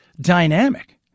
Dynamic